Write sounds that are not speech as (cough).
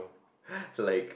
(breath) like